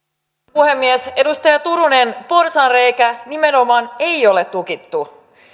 puhemies edustaja turunen porsaanreikää nimenomaan ei ole tukittu